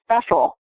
special